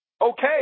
Okay